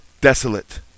desolate